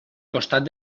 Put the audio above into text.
costat